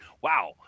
wow